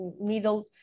middle